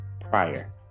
prior